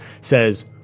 says